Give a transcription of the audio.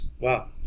wow